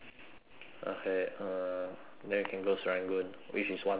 okay uh then we can go serangoon which is one stop from here